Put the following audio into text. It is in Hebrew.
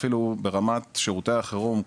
ברמת שירותי החרום,